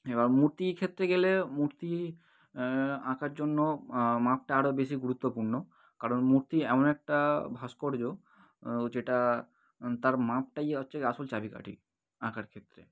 এবার মূর্তির ক্ষেত্রে গেলে মূর্তি আঁকার জন্য মাপটা আরো বেশি গুরুত্বপূর্ণ কারণ মূর্তি এমন একটা ভাস্কর্য যেটা তার মাপটাই হচ্ছে আসল চাবিকাঠি আঁকার ক্ষেত্রে